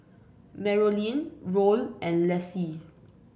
Marolyn Roll and Laci